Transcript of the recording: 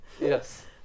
Yes